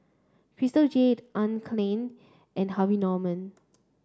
Crystal Jade Anne Klein and Harvey Norman